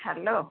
hello